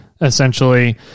essentially